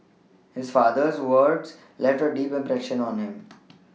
his father's words left a deep impression on him